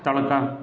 تڑکا